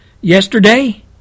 yesterday